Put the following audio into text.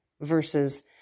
versus